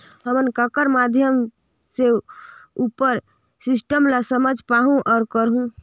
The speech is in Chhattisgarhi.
हम ककर माध्यम से उपर सिस्टम ला समझ पाहुं और करहूं?